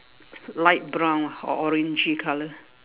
light brown lah or orangey colour